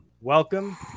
Welcome